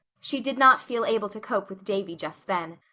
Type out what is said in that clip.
she did not feel able to cope with davy just then.